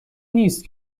نیست